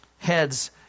heads